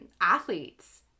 athletes